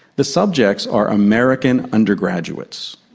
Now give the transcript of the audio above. the subjects are american undergraduates.